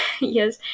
yes